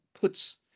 puts